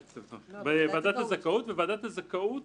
בוועדת הזכאות וועדת הזכאות